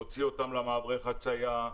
להוציא אותם למעברי החצייה,